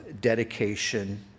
dedication